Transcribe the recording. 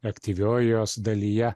aktyviojioj jos dalyje